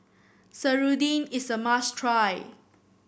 serunding is a must try